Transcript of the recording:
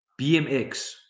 BMX